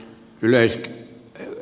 arvoisa puhemies